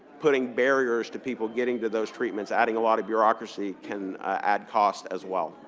putting barriers to people getting to those treatments, adding a lot of bureaucracy can add cost as well.